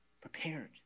prepared